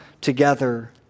together